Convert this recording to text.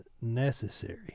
necessary